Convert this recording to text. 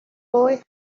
boy